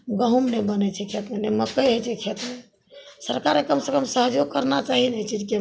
गहुम नहि बनै छै खेतमे ने मकइ होइ छै खेतमे सरकारकेँ कमसँ कम सहयोग करना चाही ने एहि चीजके